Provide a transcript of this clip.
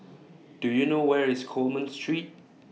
Do YOU know Where IS Coleman Street